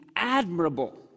admirable